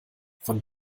von